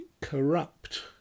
corrupt